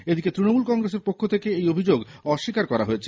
এদিকে ত়ণমূল কংগ্রেসের পক্ষ থেকে এই অভিযোগ অস্বীকার করা হয়েছে